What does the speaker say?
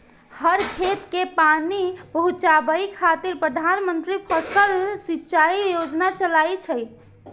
हर खेत कें पानि पहुंचाबै खातिर प्रधानमंत्री फसल सिंचाइ योजना चलै छै